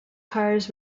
cars